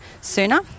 sooner